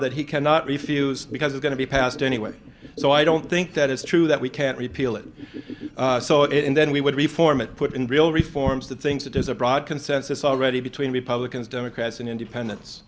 bomber that he cannot refuse because it's going to be passed anyway so i don't think that it's true that we can't repeal it saw it and then we would reform it put in real reforms the things that there's a broad consensus already between republicans democrats and independen